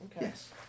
Yes